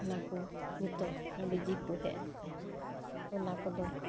ᱚᱱᱟᱠᱚ ᱱᱤᱛᱚᱜ ᱰᱤᱡᱮ ᱠᱚ ᱦᱮᱡᱮᱱᱛᱮ ᱚᱱᱟᱠᱚ ᱫᱚ